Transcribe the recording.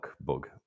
bug